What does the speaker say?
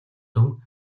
дүн